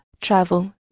travel